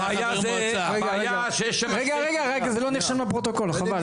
הבעיה שיש -- רגע רגע זה לא נרשם לפרוטוקול חבל,